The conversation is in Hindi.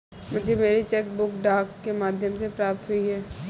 मुझे मेरी चेक बुक डाक के माध्यम से प्राप्त हुई है